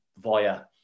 via